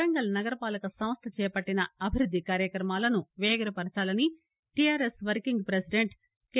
వరంగల్ నగర పాలక సంస్ల చేపట్టిన అభివ్వద్ది కార్యక్రమాలను వేగిరపర్చాలని టీఆర్ఎస్ వర్సింగ్ పెసిడెంట్ కె